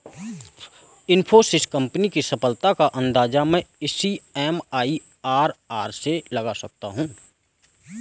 Infosys company की सफलता का अंदाजा मैं इसकी एम.आई.आर.आर से लगा सकता हूँ